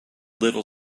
little